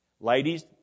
Ladies